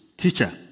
Teacher